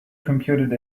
computed